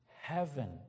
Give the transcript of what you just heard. heaven